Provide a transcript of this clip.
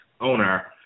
owner